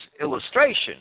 illustration